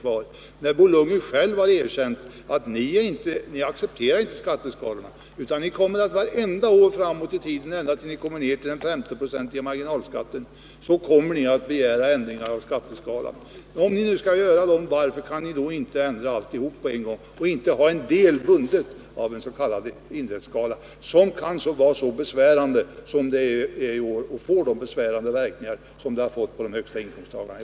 Bo Lundgren har ju själv erkänt att ni inte accepterar skatteskalorna och att ni vartenda år framåt i tiden kommer att begära ändringar av skatteskalorna ända tills ni får en 50-procentig marginalskatt. Om ni nu måste ändra skatteskalorna, varför kan ni då inte ändra alltihop på en gång? Varför skall ni ha en del bundet i ens.k. indexskala, som har fått så besvärande verkningar i år när det gäller de högsta inkomsttagarna?